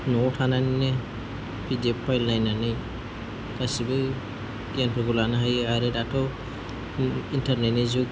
न'आव थानानैनो P D F file नायनानै गासिबो गियानफोरखौ लानो हायो आरो दाथ' इन्टारनेटनि जुग